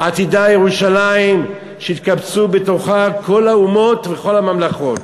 "עתידה ירושלים שיתקבצו בתוכה כל האומות וכל הממלכות",